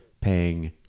paying